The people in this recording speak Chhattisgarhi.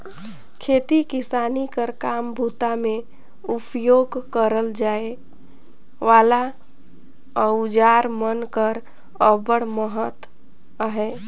खेती किसानी कर काम बूता मे उपियोग करल जाए वाला अउजार मन कर अब्बड़ महत अहे